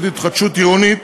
הממשלתית להתחדשות עירונית,